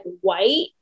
white